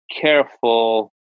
careful